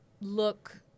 look